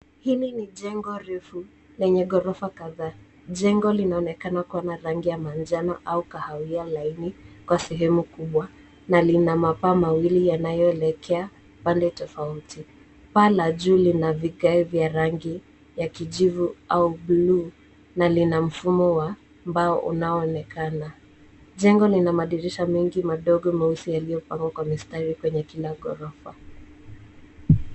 Hili ni jengo refu lenye ghorofa kadhaa. Jengo linaonekana kuwa na rangi ya manjano au kahawia laini kwa sehemu kubwa na lina mapaa yanayoelekea pande tofauti. Paa la juu lina vigae vya rangi ya kijivu au bluu na lina fumo wa mbao unaoonekana. Jengo lina madirisha mengi madogo meusi yaliyopangwa kwa mistari kwenye kila ghorofa.